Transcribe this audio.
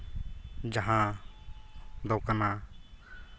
ᱡᱟᱦᱟᱸ ᱫᱚ ᱠᱟᱱᱟ